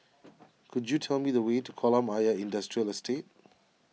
could you tell me the way to Kolam Ayer Industrial Estate